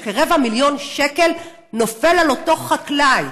נזק של כרבע מיליון שקל נופל על אותו חקלאי.